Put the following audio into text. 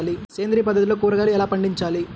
సేంద్రియ పద్ధతిలో కూరగాయలు ఎలా పండించాలి?